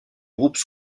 groupes